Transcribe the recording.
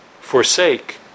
forsake